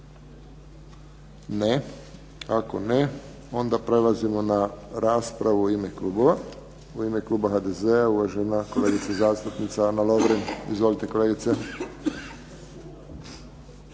Ne. Ako ne, onda prelazimo na raspravu u ime klubova. U ime kluba HDZ-a, uvažena kolegica zastupnica Ana Lovrin. Izvolite kolegice.